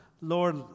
Lord